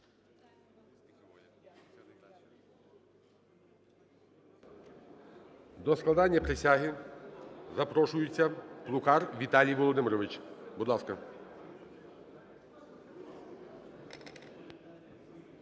До складання присяги запрошується Плукар Віталій Володимирович. Будь ласка.